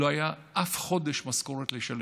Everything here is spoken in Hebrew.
לא היה בשום חודש משכורת לשלם,